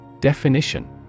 Definition